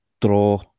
draw